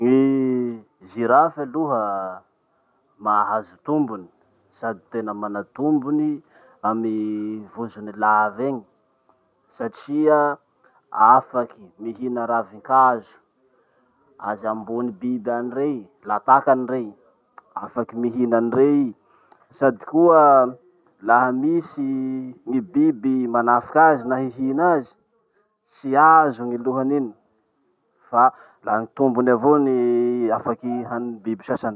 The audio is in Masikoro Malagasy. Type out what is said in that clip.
Gny giraffes aloha mahazo tombony sady tena manatombony amy vozony lava iny, satria afaky mihina ravin-kazo azy ambony biby any rey, la takany rey, afaky mihina any rey i. Sady koa, laha misy gny biby manafaky azy na hihina azy, tsy azo gny lohany iny, fa la gny tombony avao ny afaky hanin'ny biby sasany.